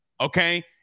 okay